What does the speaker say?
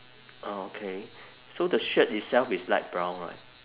uh okay so the shirt itself is light brown right